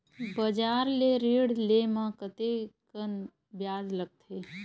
बजार ले ऋण ले म कतेकन ब्याज लगथे?